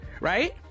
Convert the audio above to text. right